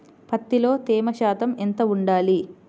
పత్తిలో తేమ శాతం ఎంత ఉండాలి?